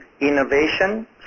innovation